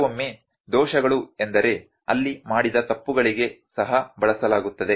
ಕೆಲವೊಮ್ಮೆ ದೋಷಗಳು ಎಂದರೆ ಅಲ್ಲಿ ಮಾಡಿದ ತಪ್ಪುಗಳಿಗೆ ಸಹ ಬಳಸಲಾಗುತ್ತದೆ